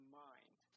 mind